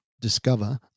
discover